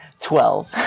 Twelve